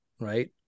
right